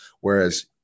Whereas